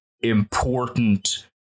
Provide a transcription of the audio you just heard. important